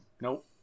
Nope